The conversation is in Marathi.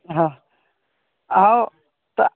हां आओ तर